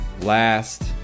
last